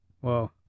Whoa